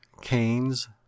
canes